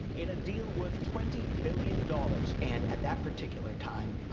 in a deal worth twenty billion dollars. and at that particular time,